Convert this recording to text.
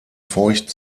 feucht